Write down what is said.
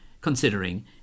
considering